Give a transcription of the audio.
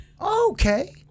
okay